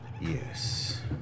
Yes